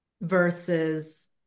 versus